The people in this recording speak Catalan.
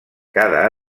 cada